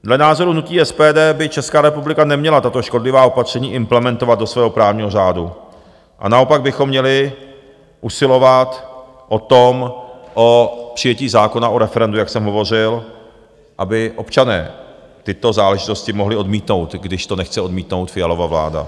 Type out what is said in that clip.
Dle názoru hnutí SPD by Česká republika neměla tato škodlivá opatření implementovat do svého právního řádu a naopak bychom měli usilovat o přijetí zákona o referendu, jak jsem hovořil, aby občané tyto záležitosti mohli odmítnout, když to nechce odmítnout Fialova vláda.